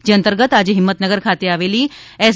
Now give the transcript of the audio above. જે અંતર્ગત આજે હિંમતનગર ખાતે આવેલી એસ